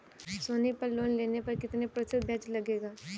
सोनी पल लोन लेने पर कितने प्रतिशत ब्याज लगेगा?